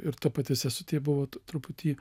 ir ta pati sesutė buvo truputį